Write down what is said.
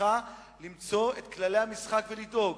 תפקידך למצוא את כללי המשחק ולדאוג